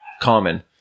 common